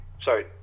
sorry